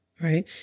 right